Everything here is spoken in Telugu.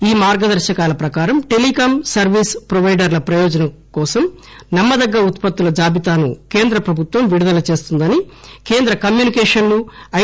ఈ మార్గదర్శకాల ప్రకారం టెలికాం సర్వీస్ ప్రొవైడర్ల ప్రయోజనం కోసం నమ్మదగ్గ ఉత్పత్తుల జాబితాను కేంద్ర ప్రభుత్వం విడుదల చేస్తుందని కేంద్ర కమ్యునికేషన్లు ఐ